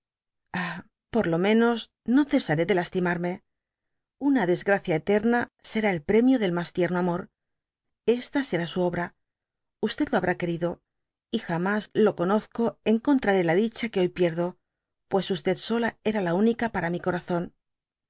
por lo menos no cesaré de lastimarme una desgracia eterna será el premio del mas tierno amor esta ser su obra i lo habrá querido y jamas lo conozco encontrara la dicha que hoy pierdo pues sola era la única para mi corazón